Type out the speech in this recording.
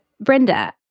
Brenda